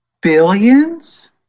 Billions